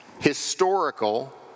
historical